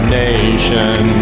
nation